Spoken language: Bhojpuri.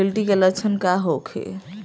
गिलटी के लक्षण का होखे?